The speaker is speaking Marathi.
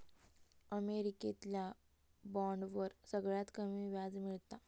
अमेरिकेतल्या बॉन्डवर सगळ्यात कमी व्याज मिळता